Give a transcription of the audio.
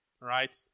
Right